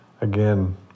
Again